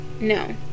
no